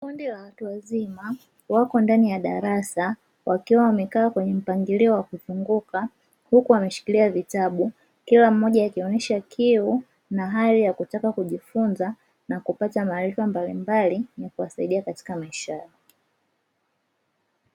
Kundi la watu wazima wako ndani ya darasa wakiwa wamekaa kwenye mpangilio wa kuzunguka, huku wameshikilia vitabu kila mmoja akionyesha kiu na hali ya kutaka kujifunza na kupata maarifa mbalimbali ya kuwasaidia katika maisha yao.